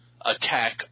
attack